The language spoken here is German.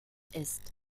ist